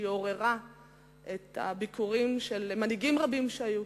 שעוררה את הביקורים של מנהיגים רבים כאן,